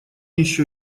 ещё